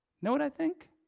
no one i think,